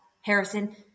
Harrison